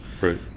right